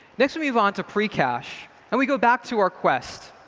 next we move on to precache and we go back to our quest.